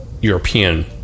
European